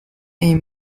est